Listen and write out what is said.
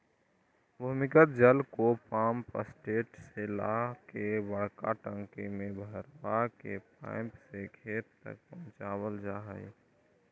भूमिगत जल पम्पसेट से ला के बड़का टंकी में भरवा के पाइप से खेत तक पहुचवल जा हई